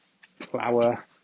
Flower